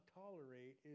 tolerate